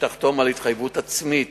שתחתום על התחייבות עצמית,